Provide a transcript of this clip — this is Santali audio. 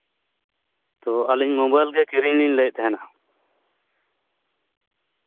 ᱛᱚ ᱟᱹᱞᱤᱧ ᱢᱳᱵᱟᱭᱤᱞ ᱜᱮ ᱠᱤᱨᱤᱧᱞᱤᱧ ᱞᱟᱹᱭᱮᱫ ᱛᱟᱦᱮᱱᱟ